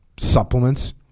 Supplements